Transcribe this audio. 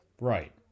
Right